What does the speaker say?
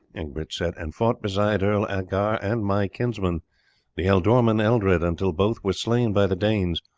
egbert said, and fought beside earl algar and my kinsman the ealdorman eldred until both were slain by the danes,